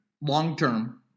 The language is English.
Long-term –